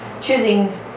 choosing